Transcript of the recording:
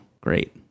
great